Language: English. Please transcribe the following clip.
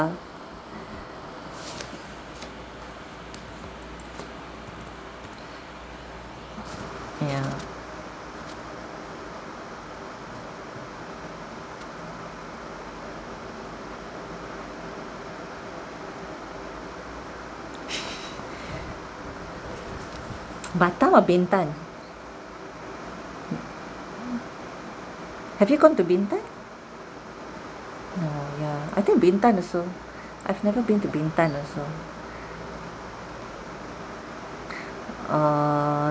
yeah batam or bintan have you gone to bintan no ya I think bintan also I've never been to bintan also err